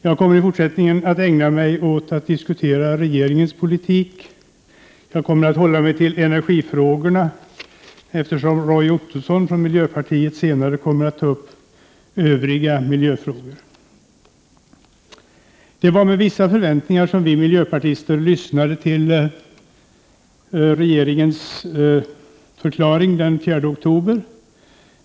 Jag kommer i fortsättningen att ägna mig åt att diskutera regeringens politik, och jag kommer att hålla mig till energifrågorna, eftersom Roy Ottosson från miljöpartiet senare kommer att ta upp övriga miljöfrågor. Det var med vissa förväntningar som vi miljöpartister lyssnade till regeringsförklaringen den 4 oktober.